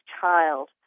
child